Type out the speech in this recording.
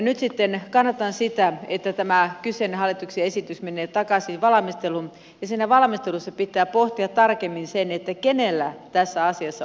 nyt sitten kannatan sitä että tämä kyseinen hallituksen esitys menee takaisin valmisteluun ja siinä valmistelussa pitää pohtia tarkemmin sitä kenellä tässä asiassa on vastuu